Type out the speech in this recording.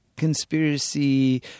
Conspiracy